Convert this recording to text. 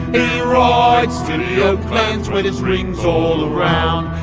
rides to the oak lands where there's rings all around.